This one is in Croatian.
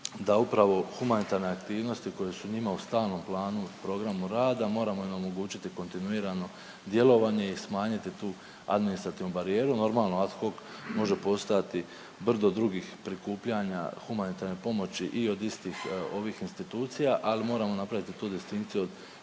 da upravo humanitarne aktivnosti koje su njima u stalnom planu i programu rada moramo im omogućiti kontinuirano djelovanje i smanjiti tu administrativnu barijeru. Normalno ad hoc može postojati brdo drugih prikupljanja humanitarne pomoći i od istih ovih institucija, ali moramo napraviti tu distinkciju od